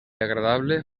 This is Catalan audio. agradable